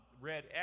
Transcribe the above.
red